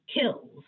kills